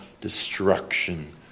destruction